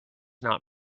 not